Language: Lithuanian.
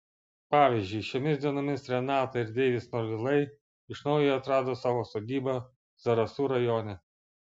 pavyzdžiui šiomis dienomis renata ir deivis norvilai iš naujo atrado savo sodybą zarasų rajone